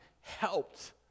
helped